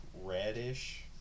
reddish